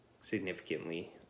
significantly